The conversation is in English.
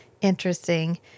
interesting